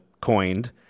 coined